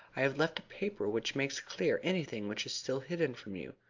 i have left a paper which makes clear anything which is still hidden from you.